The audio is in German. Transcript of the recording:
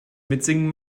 mitsingen